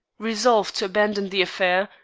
resolved to abandon the affair,